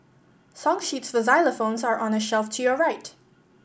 song sheets for xylophones are on the shelf to your right